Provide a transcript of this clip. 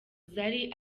zari